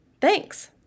Thanks